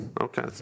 Okay